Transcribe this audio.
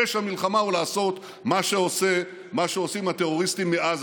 פשע מלחמה הוא לעשות מה שעושים הטרוריסטים מעזה.